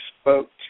spoke